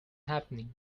happening